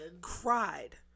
cried